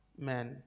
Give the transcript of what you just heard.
men